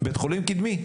בית חולים קדמי,